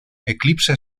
eclipse